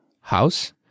house